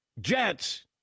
Jets